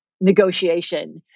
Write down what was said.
negotiation